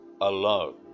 alone